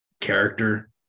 character